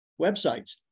websites